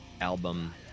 album